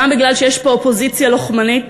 גם מפני שיש פה אופוזיציה לוחמנית